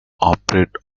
operate